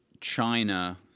China